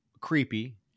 Creepy